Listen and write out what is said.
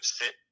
sit